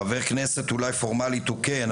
חבר כנסת אולי פורמלית הוא כן,